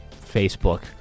Facebook